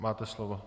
Máte slovo.